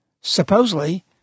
supposedly